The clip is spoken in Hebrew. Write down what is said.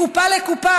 מקופה לקופה.